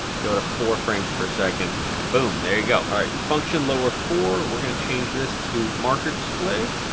go to four frames per second and boom there you go. all right, and function lower four we're gonna change this to marker display.